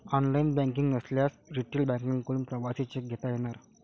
online banking नसल्यास retail बँकांकडून प्रवासी चेक घेता येणार